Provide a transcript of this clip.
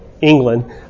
England